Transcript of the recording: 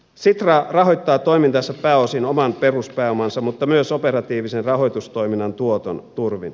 sitra rahoittaa toimintansa pääosin oman peruspääomansa mutta myös operatiivisen rahoitustoiminnan tuoton turvin